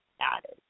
added